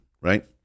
right